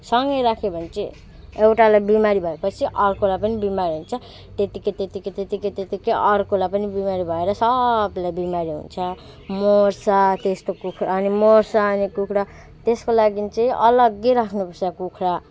सँगै राख्यो भने चाहिँ एउटालाई बिमारी भएपछि अर्कोलाई पनि बिमारी हुन्छ त्यत्तिकै त्यत्तिकै त्यत्तिकै त्यत्तिकै अर्कोलाई पनि बिमारी भएर सबलाई बिमारी हुन्छ मर्छ त्यस्तो कुखुरा अनि मर्छ अनि कुखुरा त्यसको लागि चाहिँ अलगै राख्नुपर्छ कुखुरा